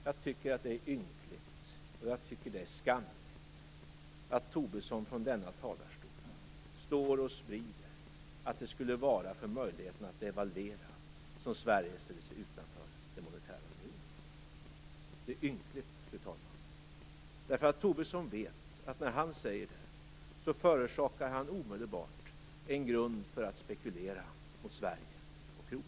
Jag tycker att det är ynkligt och skamligt att Lars Tobisson från denna talarstol sprider att det skulle vara för möjligheten att devalvera som Sverige ställer sig utanför den monetära unionen. Detta är ynkligt, fru talman! Lars Tobisson vet att när han säger det förorsakar han omedelbart en grund för att spekulera mot Sverige och kronan.